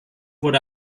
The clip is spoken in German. wurde